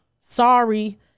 Sorry